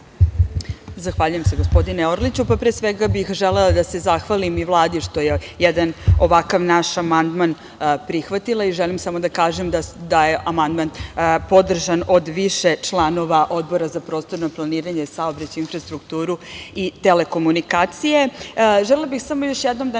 Zahvaljujem se, gospodine Orliću. Pre svega bih želela da se zahvalim i Vladi što je jedan ovakav naš amandman prihvatila. Želim samo da kažem da je amandman podržan od više članova Odbora za prostorno planiranje, saobraćaj, infrastrukturu i telekomunikacije. Želela bih samo još jednom da